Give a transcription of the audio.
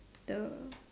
the